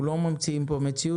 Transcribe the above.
אנחנו לא ממציאים כאן מציאות.